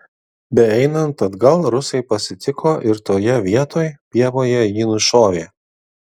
beeinant atgal rusai pasitiko ir toje vietoj pievoje jį nušovė